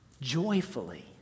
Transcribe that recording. joyfully